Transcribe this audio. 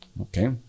Okay